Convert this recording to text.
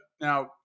now